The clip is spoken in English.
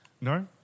No